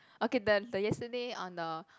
okay the the yesterday on the